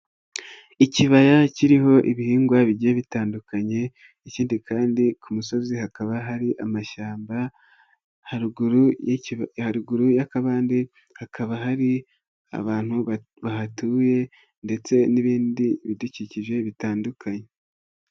Ikibaya kiriho ibihingwa bigiye bitandukanye , ikindi kandi ku musozi hakaba hari amashyamba, haruguru haruguru y'akabande, hakaba hari abantu bahatuye, ndetse n'ibindi bidukikije bitandukanye.